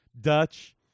dutch